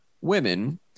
women